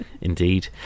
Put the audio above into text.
Indeed